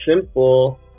simple